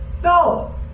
No